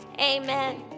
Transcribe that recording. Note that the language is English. amen